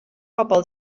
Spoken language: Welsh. bobol